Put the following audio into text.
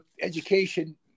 education